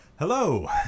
Hello